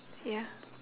ya